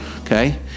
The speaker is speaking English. Okay